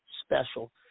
special